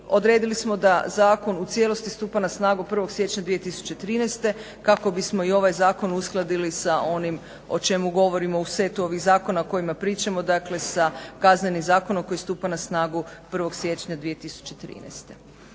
odredili smo da zakon u cijelosti stupa na snagu 1.siječnja 2013.kako bismo i ovaj zakon uskladili sa onim o čemu govorimo o setu ovih zakona o kojima pričamo dakle sa Kaznenim zakonom koji stupa na snagu 1.siječnja 2013.